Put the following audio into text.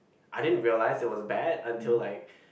I didn't realise it was bad until like